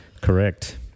correct